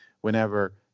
whenever